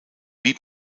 wie